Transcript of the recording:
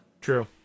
True